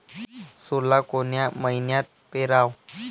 सोला कोन्या मइन्यात पेराव?